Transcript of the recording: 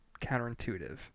counterintuitive